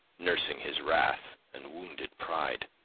nursing his wrath and wounded pride.